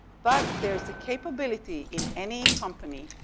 but there's a capability in any company,